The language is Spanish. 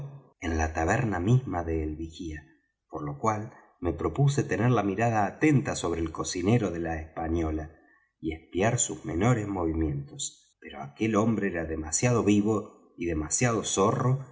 en la taberna misma de el vigía por lo cual me propuse tener la mirada atenta sobre el cocinero de la española y espiar sus menores movimientos pero aquel hombre era demasiado vivo y demasiado zorro